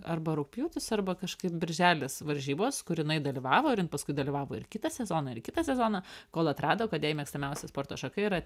arba rugpjūtis arba kažkaip birželis varžybos kur jinai dalyvavo ir jin paskui dalyvavo ir kitą sezoną ir kitą sezoną kol atrado kad jai mėgstamiausia sporto šaka yra